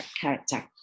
character